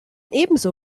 ebenso